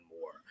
more